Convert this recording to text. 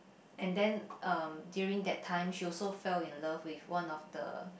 and then uh during that time she also fell in love with one of the